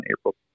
April